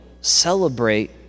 celebrate